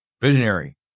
Visionary